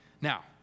Now